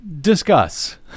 Discuss